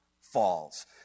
falls